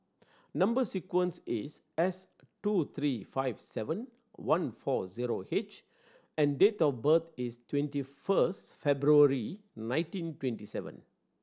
number sequence is S two three five seven one four zero H and date of birth is twenty first February nineteen twenty seven